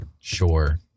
Sure